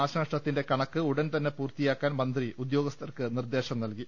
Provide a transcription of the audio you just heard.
നാശനഷ്ടത്തിന്റെ കണക്ക് ഉടൻ തന്നെ പൂർത്തിയാക്കാൻ മന്ത്രി ഉദ്യോഗസ്ഥർക്ക് നിർദ്ദേശം നൽകി